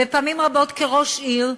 ופעמים רבות, כראש עיר,